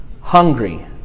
hungry